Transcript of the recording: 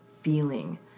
feeling